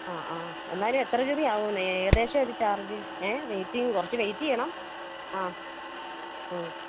അ ആ എന്നാലും എത്ര രൂപയാകും ഏകദേശം ഒരു ചാർജ് ഏഹ് വെയ്റ്റിംഗ് കുറച്ച് വെയിറ്റ് ചെയ്യണം ആ